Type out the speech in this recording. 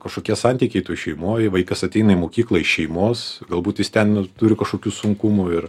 kažkokie santykiai toj šeimoj vaikas ateina į mokyklą iš šeimos galbūt jis ten turi kažkokių sunkumų ir